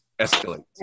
escalate